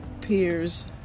peers